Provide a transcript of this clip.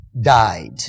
died